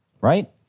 right